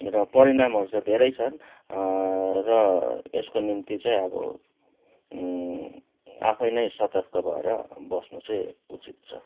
र परिणामहरू चाहिँ धेरै छ र यसको निम्ति चाहिँ अब आफै नै सतर्क भएर बस्नु चाहिँ उचित छ